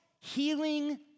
healing